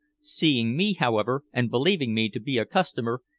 seeing me, however, and believing me to be a customer,